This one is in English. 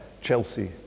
Chelsea